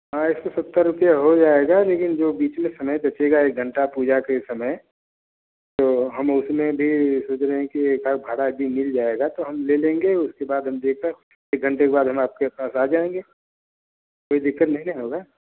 हाँ एक सौ सत्तर रुपया हो जाएगा लेकिन जो बीच में समय बचेगा एक घंटा पूजा के समय तो हम उसमें भी सोच रहे हैं कि एक आधा भाड़ा अभी मिल जाएगा तो हम ले लेंगे उसके बाद हम देख कर एक घंटे के बाद हम आपके पास आ जाएँगे कोई दिक्कत नहीं यह होगा